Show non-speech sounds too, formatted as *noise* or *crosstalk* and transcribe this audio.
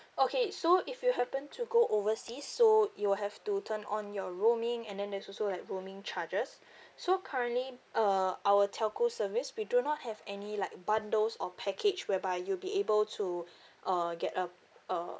okay so if you happen to go overseas so you will have to turn on your roaming and then there's also like roaming charges *breath* so currently uh our telco service we do not have any like bundles or package whereby you'll be able to uh get a uh